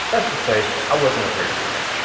let's just say i wasn't a great student.